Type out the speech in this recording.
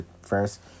First